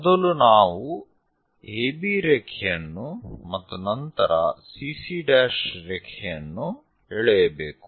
ಮೊದಲು ನಾವು AB ರೇಖೆಯನ್ನು ಮತ್ತು ನಂತರ CC' ರೇಖೆಯನ್ನು ಎಳೆಯಬೇಕು